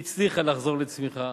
היא הצליחה לחזור לצמיחה